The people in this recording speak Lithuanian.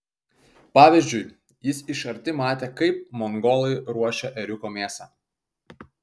pavyzdžiui jis iš arti matė kaip mongolai ruošia ėriuko mėsą